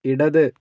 ഇടത്